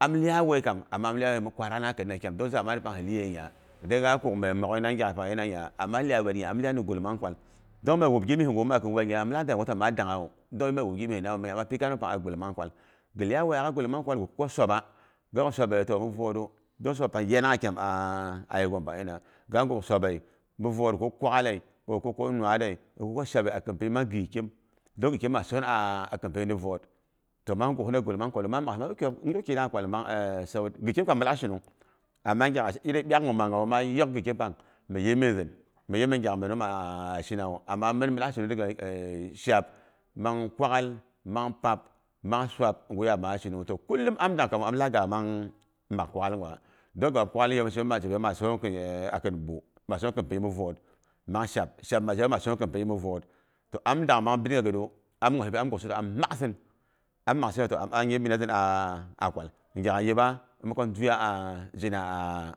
Am iyaiwei kam ama am iyai wei mi kwarak na kina kyam. Dong zamani pang hi liye nya, dong ga kuk me mwoghei na gyan pang liye nya. Ama iyan wed'itnya am iyai wyeit gul mang kwal, dong me wop gimmi ngwu ma kin wuei nya am lak da yegu ta maa dangha wu kam ghi iyau wueiyakgha, gul mang kwal, ghi kuk swaba ga nguk swabelin toh mi vwatru, gha kuk swab pang yanangha a yegom pangnyina. Ga guk swabe, mivot, ko kwa'ale ko nuale, ghi wop mang gii kim. Dong giɨ kim nga son kinpii mi vat, toh ma guk hina gul mang kwalu ma mak san kyom, nyuk kira kwal mang sawut. Giɨ kim kamu milak shi nung amma ngyak iri ɓyakngn ma nyawu maa nyawu ma yok giɨ kimpang mi yep min zin. Mi yepmin ngyak megu maa shinawu. Ama min mi lak shinung daga shap, mang kwa'ghal, mang kpap, mang swab ngwu ya ma shinung hu. Kulum aam dangkamu am lak gabamg mang mak kwa'ghal ngwa. Don map kwa'ghal ma zhi peiyu ma son k in e a kin bu, maa son a kin pii mi vot. Mang shap shap ma zhiwu ma son kin pi mivot. Toh am dang mang ɓindiga giru, am gwasinbi am maksin, am maksine toh am'a yepmina zin a'a kwal. Ngyak yiba, ko ndjuya a;a zhina